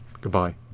Goodbye